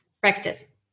practice